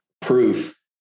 proof